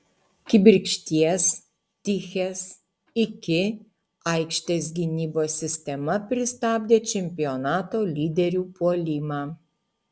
kibirkšties tichės iki aikštės gynybos sistema pristabdė čempionato lyderių puolimą